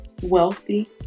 wealthy